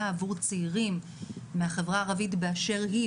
עבור צעירים מהחברה הערבית באשר היא,